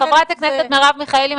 חברת הכנסת מיכאלי,